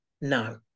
No